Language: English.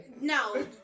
No